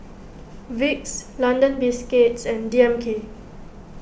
Vicks London Biscuits and D M K